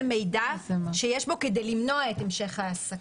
מידע שיש בו כדי למנוע את המשך ההעסקה.